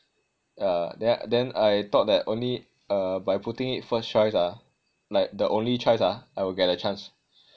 yah then then I thought that only uh by putting it first choice ah like the only choice ah I will get a chance